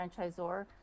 franchisor